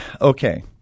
Okay